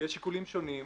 יש שיקולים שונים.